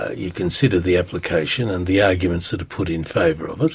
ah you consider the application and the arguments that are put in favour of it.